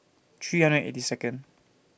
three hundred and eighty Second